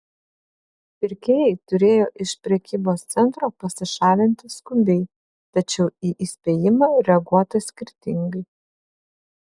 pirkėjai turėjo iš prekybos centro pasišalinti skubiai tačiau į įspėjimą reaguota skirtingai